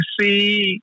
see